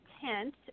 tent